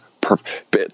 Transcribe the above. perfect